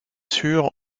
sûr